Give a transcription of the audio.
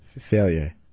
Failure